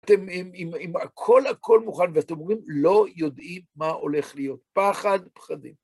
אם הכל הכל מוכן ואתם אומרים, לא יודעים מה הולך להיות, פחד פחדים.